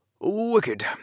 wicked